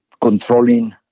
controlling